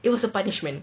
it was a punishment